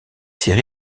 série